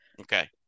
okay